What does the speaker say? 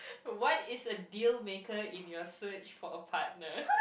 what is a deal maker in your search for a partner